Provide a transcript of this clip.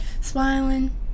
smiling